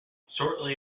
shortly